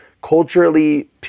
Culturally